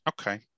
Okay